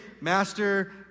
master